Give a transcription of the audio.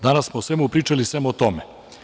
Danas smo o svemu pričali, sem o tome.